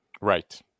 Right